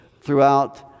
throughout